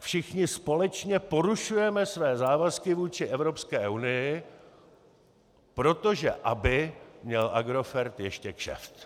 Všichni společně porušujeme své závazky vůči Evropské unii proto, aby měl Agrofert ještě kšeft.